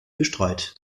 bestreut